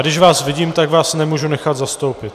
Když vás vidím, tak vás nemůžu nechat zastoupit.